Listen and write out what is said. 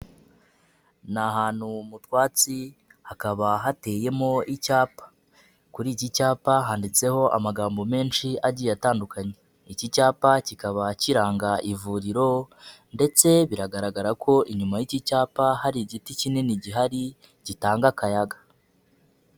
Ni ahantu mu twatsi hakaba hateyemo icyapa, kuri iki cyapa handitseho amagambo menshi agiye atandukanye, iki cyapa kikaba kiranga ivuriro ndetse biragaragara ko inyuma y'iki cyapa hari igiti kinini gihari gitanga akayaga.